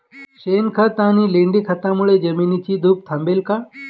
शेणखत आणि लेंडी खतांमुळे जमिनीची धूप थांबेल का?